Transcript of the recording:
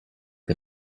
che